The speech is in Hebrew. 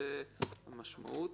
זו המשמעות.